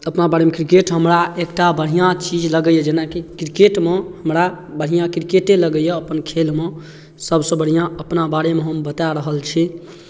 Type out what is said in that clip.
अपना बारेमे क्रिकेट हमरा एकटा बढ़िआँ चीज लगैए जेनाकि क्रिकेटमे हमरा बढ़िआँ क्रिकेटे लगैए अपन खेलमे सभसँ बढ़िआँ अपना बारेमे हम बता रहल छी